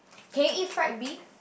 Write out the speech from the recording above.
can you eat fried beef